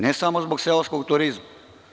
Ne samo zbog seoskog turizma.